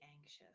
anxious